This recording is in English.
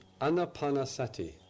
Anapanasati